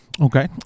Okay